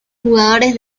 jugadores